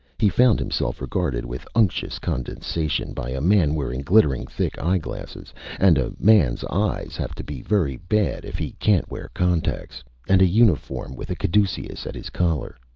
he found himself regarded with unctuous condescension by a man wearing glittering thick eyeglasses and a man's eyes have to be very bad if he can't wear contacts and a uniform with a caduceus at his collar.